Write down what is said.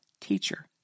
teacher